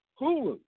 Hulu